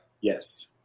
Yes